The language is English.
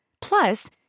Plus